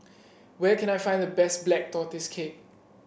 where can I find the best Black Tortoise Cake